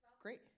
Great